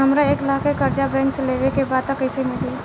हमरा एक लाख के कर्जा बैंक से लेवे के बा त कईसे मिली?